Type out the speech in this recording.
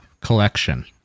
collection